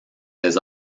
des